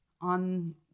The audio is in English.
on